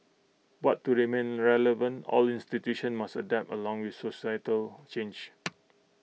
but to remain relevant all institutions must adapt along with societal change